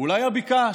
אולי הבקעה,